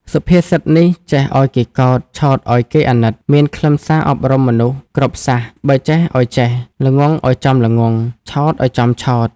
សុភាសិតនេះ ចេះឲ្យគេកោត ឆោតឲ្យគេអាណិត មានខ្លឹមសារអប់រំមនុស្សគ្រប់សាសន៍ បើចេះអោយចេះ ល្ងង់អោយចំល្ងង់ ឆោតអោយចំឆោត។